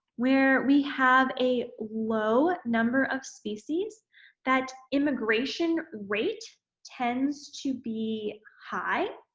where we have a low number of species that immigration rate tends to be high.